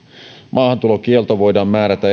maahantulokielto voidaan määrätä